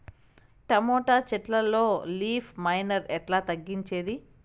Tomato చెట్లల్లో leaf miner ఎట్లా తగ్గించేది?